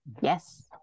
Yes